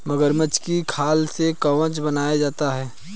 मगरमच्छ की खाल से कवच बनाया जाता है